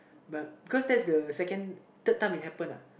but cause that's the second third time it happen lah